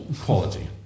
quality